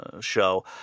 show